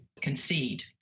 concede